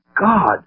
God